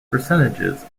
percentages